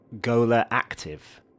gola-active